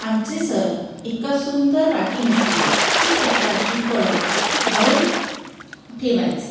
आमचे सर एका सुंदर वाटीमध्ये खूप प्रकारची फळं भरून ठेवायचे